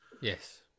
yes